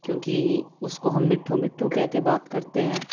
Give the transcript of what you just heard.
کیوں اس کو ہم مٹھو مٹھو کہہ کے بات کرتے ہیں